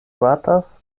batas